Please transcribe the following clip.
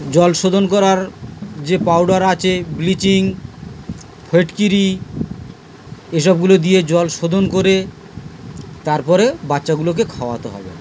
জল শোধন করার যে পাউডার আছে ব্লিচিং ফটকিরি এসবগুলো দিয়ে জল শোধন করে তারপরে বাচ্চাগুলোকে খাওয়াতে হবে